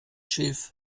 schilf